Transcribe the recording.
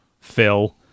Phil